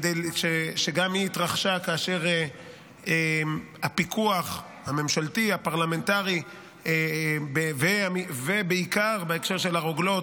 שגם היא התרחשה כאשר הפיקוח הממשלתי הפרלמנטרי ובעיקר בהקשר של הרוגלות,